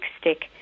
stick